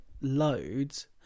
loads